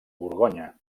borgonya